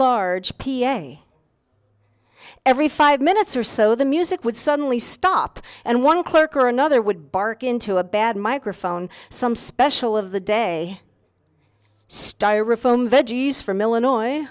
large p a every five minutes or so the music would suddenly stop and one clerk or another would bark into a bad microphone some special of the day styrofoam veggies from illinois